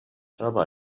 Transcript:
troba